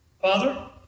Father